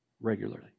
regularly